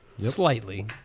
Slightly